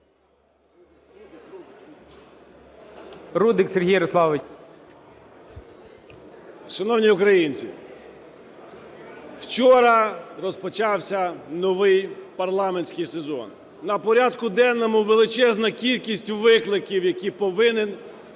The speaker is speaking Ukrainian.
РУДИК С.Я. Шановні українці, вчора розпочався новий парламентський сезон. На порядку денному величезна кількість викликів, які повинен